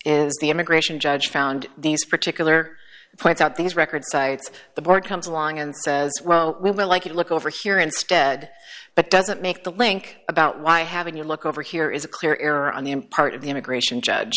is the immigration judge found these particular points out these record cites the board comes along and says well we would like to look over here instead but doesn't make the link about why having you look over here is a clear error on the in part of the immigration judge